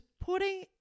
putting